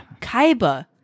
Kaiba